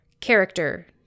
character